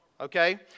okay